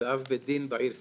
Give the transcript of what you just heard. ואב בית דין בעיר סעדה,